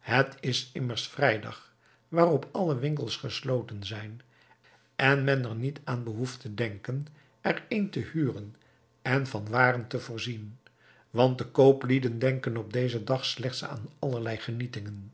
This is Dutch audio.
het is immers vrijdag waarop alle winkels gesloten zijn en men er niet aan behoeft te denken er een te huren en van waren te voorzien want de kooplieden denken op dezen dag slechts aan allerlei genietingen